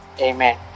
Amen